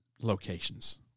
locations